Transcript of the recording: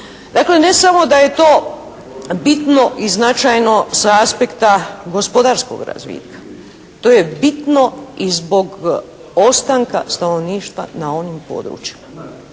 Dakle, ne samo da je to bitno i značajno sa aspekta gospodarskog razvitka. To je bitno i zbog ostanka stanovništva na ovim područjima.